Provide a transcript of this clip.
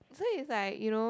so it's like you know